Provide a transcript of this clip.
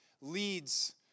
leads